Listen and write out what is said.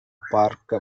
பார்க்க